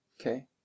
Okay